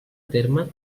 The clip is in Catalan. terme